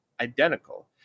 identical